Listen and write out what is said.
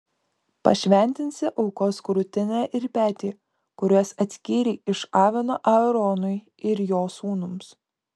pašventinsi aukos krūtinę ir petį kuriuos atskyrei iš avino aaronui ir jo sūnums